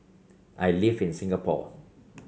I live in Singapore